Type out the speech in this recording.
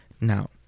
now